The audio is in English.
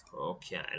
Okay